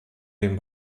dem